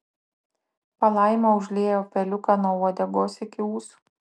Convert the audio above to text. palaima užliejo peliuką nuo uodegos iki ūsų